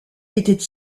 étaient